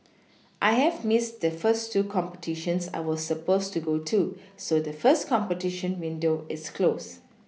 I have Missed the first two competitions I was supposed to go to so the first competition window is closed